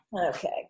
Okay